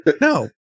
no